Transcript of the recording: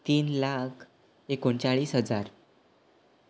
तीन लाख एकोणचाळीस हजार